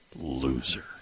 loser